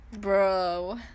Bro